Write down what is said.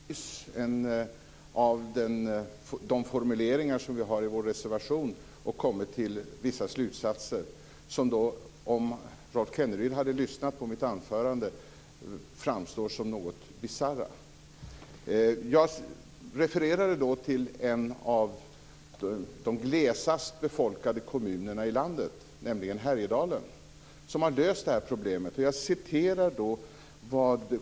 Fru talman! Rolf Kenneryd har ägnat sig åt en analys av de formuleringar som vi har i vår reservation och kommit till vissa slutsatser, som framstår som något bisarra för den som lyssnade på mitt anförande. Jag refererade till en av de glesast befolkade kommunerna i landet, nämligen Härjedalen, som har löst det här problemet.